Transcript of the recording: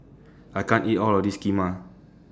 I can't eat All of This Kheema